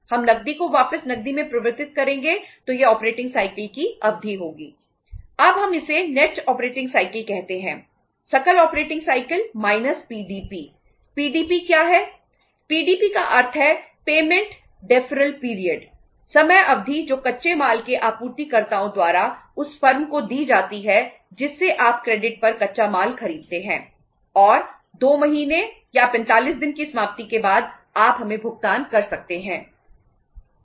हम नकदी को वापस नकदी में परिवर्तित करेंगे तो यह ऑपरेटिंग साइकिल पर कच्चा माल खरीदते हैं और 2 महीने या 45 दिन की समाप्ति के बाद आप हमें भुगतान कर सकते हैं